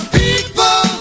people